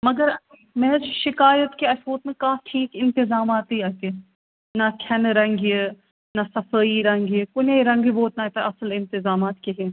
مگر مےٚ حظ چھِ شِکایت کہِ اسہِ ووت نہٕ کانٛہہ ٹھیٖک اِنتظاماتے اَتہِ نَہ کھیٚنہٕ رنٛگہِ نَہ صَفٲیی رنٛگہِ کُنے رنٛگہِ ووت نہٕ اَتہِ اصٕل انتظامات کِہیٖنۍ